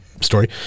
story